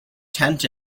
tent